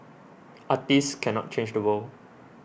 artists cannot change the world